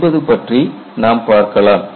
என்பது பற்றி நாம் பார்க்கலாம்